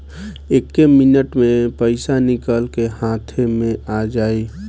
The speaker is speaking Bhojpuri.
एक्के मिनट मे पईसा निकल के हाथे मे आ जाई